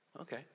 okay